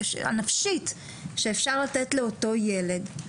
הנפשית שאפשר לתת לאותו ילד,